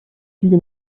züge